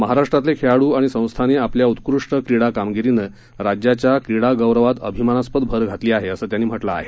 महाराष्ट्रातले खेळाडू आणि संस्थांनी आपल्या उत्कृष्ट क्रीडा कामगिरीनं राज्याच्या क्रीडा गौरवात अभिमानास्पद भर घातली आहे असं त्यांनी म्हटलं आहे